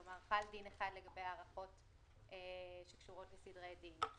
כלומר חל דין אחד לגבי הארכות שקשורות לסדרי דין.